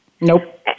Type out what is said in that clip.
Nope